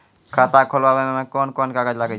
खाता खोलावै मे कोन कोन कागज लागै छै?